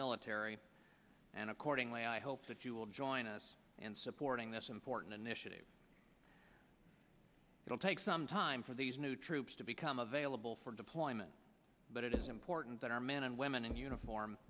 military and accordingly i hope that you will join us and supporting this important initiative it will take some time for these new troops to become available for deployment but it is important that our men and women in uniform